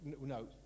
no